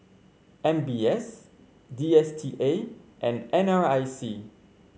M B S D S T A and NRIC